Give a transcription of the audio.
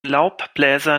laubbläser